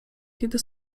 kiedy